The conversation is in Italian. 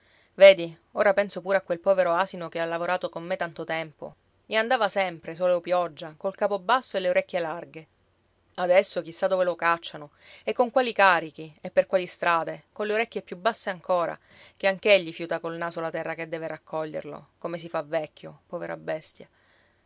vedi ora penso pure a quel povero asino che ha lavorato con me tanto tempo e andava sempre sole o pioggia col capo basso e le orecchie larghe adesso chissà dove lo cacciano e con quali carichi e per quali strade colle orecchie più basse ancora ché anch'egli fiuta col naso la terra che deve raccoglierlo come si fa vecchio povera bestia